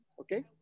okay